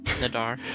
Nadar